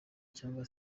cyangwa